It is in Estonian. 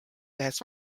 tehes